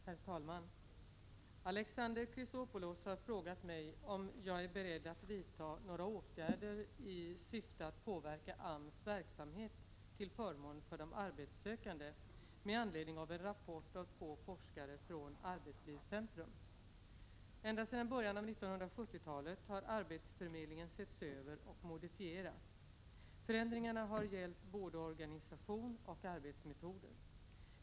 Herr talman! Alexander Chrisopoulos har frågat mig om jag är beredd att vidta några åtgärder i syfte att påverka AMS verksamhet till förmån för de arbetssökande med anledning av en rapport av två forskare vid Arbetslivscentrum. Ända sedan början av 1970-talet har arbetsfömedlingen setts över och modifierats. Förändringarna har gällt både organisation och arbetsmetoder.